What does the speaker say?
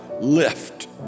lift